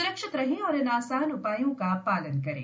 सुरक्षित रहें और इन आसान उपायों का पालन करें